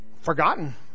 forgotten